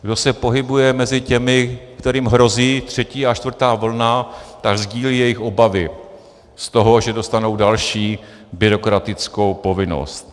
Kdo se pohybuje mezi těmi, kterým hrozí třetí a čtvrtá vlna, tak sdílí jejich obavy z toho, že dostanou další byrokratickou povinnost.